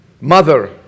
mother